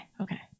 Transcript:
okay